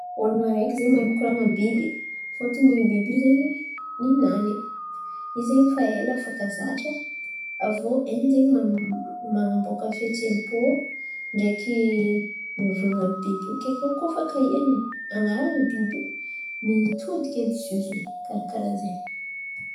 ôlon̈o areky zen̈y mahay mikoran̈a amy ny biby, fôtiny biby io zen̈y ny nany. Izy zen̈y fa ela fankazatra, avô hainy zen̈y man̈aboaka fihetseham-pô reky mivolan̈a biby io ke. Koa fa kahiny anaran̈a biby io mitodiky zen̈y izy io zen̈y karà karà zen̈y.